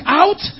out